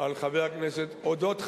על אודות,